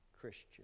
Christian